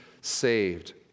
saved